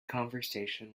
conversation